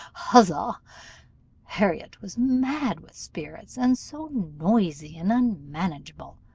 huzza harriot was mad with spirits, and so noisy and unmanageable,